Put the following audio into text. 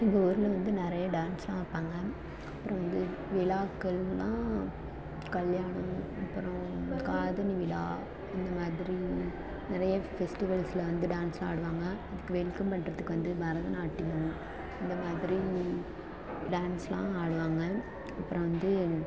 எங்கள் ஊரில் வந்து நிறைய டான்ஸெலாம் வைப்பாங்க அப்புறம் வந்து விழாக்களெலாம் கல்யாணம் அப்புறம் காதணி விழா இந்த மாதிரி நிறைய ஃபெஸ்டிவல்ஸில் வந்து டான்ஸெலாம் ஆடுவாங்க அதுக்கு வெல்கம் பண்ணுறதுக்கு வந்து பரதநாட்டியம் இந்த மாதிரி டான்ஸெலாம் ஆடுவாங்க அப்புறம் வந்து